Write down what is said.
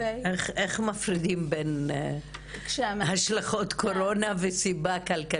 איך מפרידים בין השלכות קורונה וסיבה כלכלית?